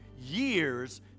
Years